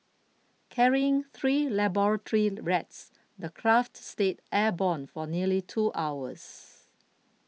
carrying three laboratory rats the craft stayed airborne for nearly two hours